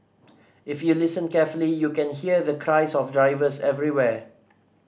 if you listen carefully you can hear the cries of drivers everywhere